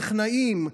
טכנאים,